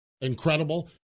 incredible